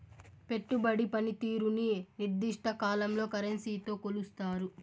పెట్టుబడి పనితీరుని నిర్దిష్ట కాలంలో కరెన్సీతో కొలుస్తారు